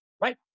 right